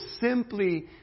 simply